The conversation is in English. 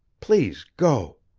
please go!